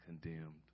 condemned